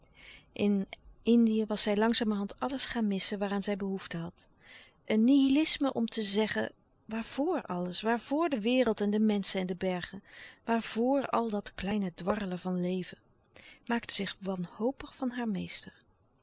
langzamerhand alles gaan missen waaraan zij behoefte had een nihilisme om te zeggen waarvoor alles waarvoor de wereld en de menschen en de bergen waarvoor al dat kleine louis couperus de stille kracht dwarrelen van leven maakte zich wanhopig van haar meester